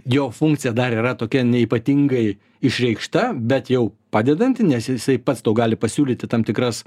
jo funkcija dar yra tokia neypatingai išreikšta bet jau padedanti nes jisai pats tau gali pasiūlyti tam tikras